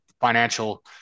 financial